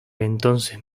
entonces